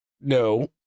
No